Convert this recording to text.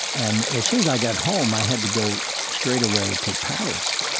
and as soon as i got home, i had to go straightaway to paris.